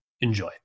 Enjoy